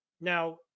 now